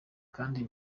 kandi